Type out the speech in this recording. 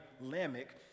Lamech